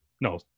No